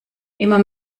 immer